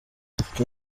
icyo